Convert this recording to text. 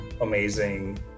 amazing